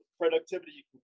productivity